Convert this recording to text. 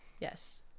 Yes